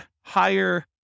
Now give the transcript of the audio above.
higher